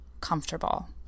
comfortable